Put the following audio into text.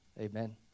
amen